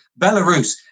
Belarus